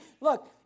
Look